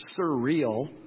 surreal